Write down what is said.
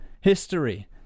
history